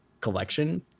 collection